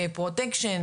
פרוטקשן,